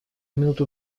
минуту